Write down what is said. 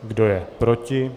Kdo je proti?